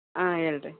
ಹಾಂ ಹೇಳಿರಿ